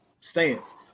stance